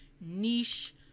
niche